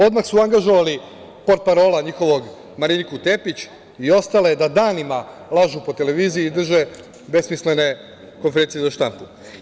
Odmah su angažovali portparola njihovog, Mariniku Tepić i ostale, da danima lažu po televiziji i drže besmislene konferencije za štampu.